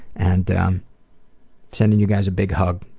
and sending you guys a big hug.